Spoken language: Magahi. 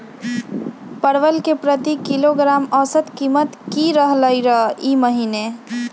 परवल के प्रति किलोग्राम औसत कीमत की रहलई र ई महीने?